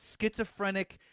schizophrenic